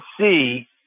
see